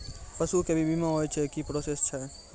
पसु के भी बीमा होय छै, की प्रोसेस छै?